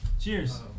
Cheers